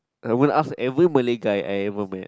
I won't ask every Malay guy I ever met